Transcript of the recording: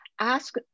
ask